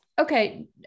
Okay